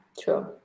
true